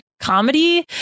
comedy